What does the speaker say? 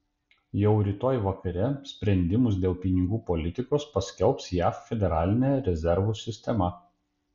jau rytoj vakare sprendimus dėl pinigų politikos paskelbs jav federalinė rezervų sistema